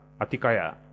Atikaya